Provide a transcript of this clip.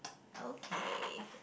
okay